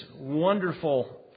wonderful